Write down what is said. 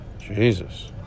Jesus